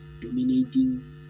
dominating